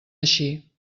així